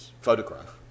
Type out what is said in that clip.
photograph